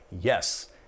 Yes